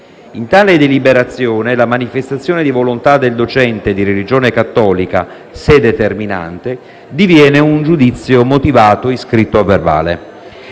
In tale deliberazione, la manifestazione di volontà del docente di religione cattolica, se determinante, diviene un giudizio motivato iscritto a verbale.